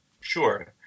Sure